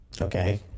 Okay